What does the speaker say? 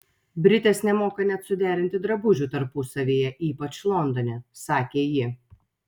britės nemoka net suderinti drabužių tarpusavyje ypač londone sakė ji